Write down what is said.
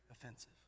offensive